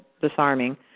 disarming